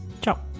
Ciao